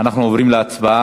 אנחנו עוברים להצבעה.